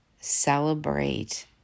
celebrate